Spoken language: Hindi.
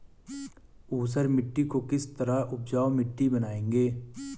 ऊसर मिट्टी को किस तरह उपजाऊ मिट्टी बनाएंगे?